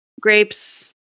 Grapes